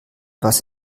was